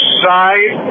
side